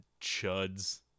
chuds